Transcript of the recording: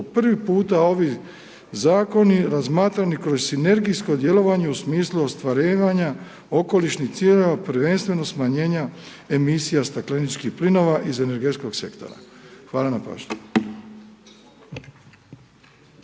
prvi puta ovi zakoni razmatrani kroz sinergijsko djelovanje u smislu ostvarivanja okolišnih ciljeva prvenstveno smanjenja emisija stakleničkih plinova iz energetskog sektora. Hvala na pažnji.